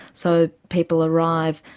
so people arrive,